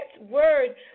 word